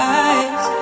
eyes